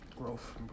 growth